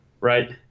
Right